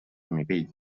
nivell